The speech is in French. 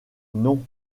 non